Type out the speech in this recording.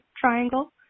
triangle